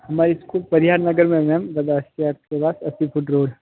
हमारी स्कूल परिहार नगर में है मैम अस्सी फूट रोड